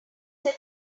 set